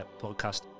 podcast